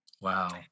Wow